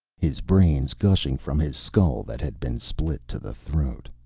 his brains gushing from his skull that had been split to the throat.